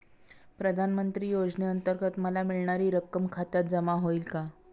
प्रधानमंत्री योजनेअंतर्गत मला मिळणारी रक्कम खात्यात जमा होईल का?